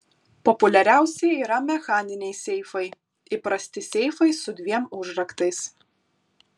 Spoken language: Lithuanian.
populiariausi yra mechaniniai seifai įprasti seifai su dviem užraktais